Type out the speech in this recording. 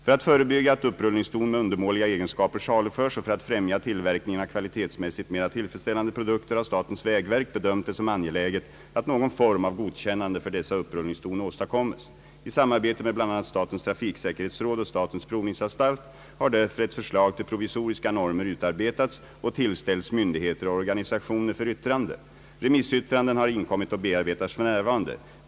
För att förebygga att upprullningsdon med undermåliga egenskaper saluförs och för att främja tillverkningen av kvalitetsmässigt mera tillfredsställande produkter har statens vägverk bedömt det som angeläget, att någon form av godkännande för dessa upprullningsdon åstadkommes. I samarbete med bl.a. statens trafiksäkerhetsråd och statens provningsanstalt har därför ett förslag till provisoriska normer utarbetats och tillställts myndigheter och organisationer för yttrande. Remissyttranden har inkommit och bearbetas f. n.